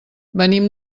venim